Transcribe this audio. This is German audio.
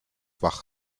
wach